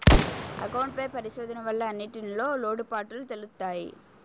account పై పరిశోధన వల్ల అన్నింటిన్లో లోటుపాటులు తెలుత్తయి